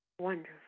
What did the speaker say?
Wonderful